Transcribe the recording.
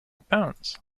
pounds